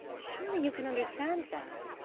surely you can understand that?